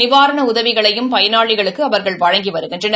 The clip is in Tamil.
நிவாரண உதவிகளையும் பயனாளிகளுக்கும் அவர்கள் வழங்கி வருகின்றனர்